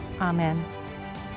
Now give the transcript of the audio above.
amen